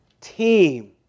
team